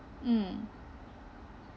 mm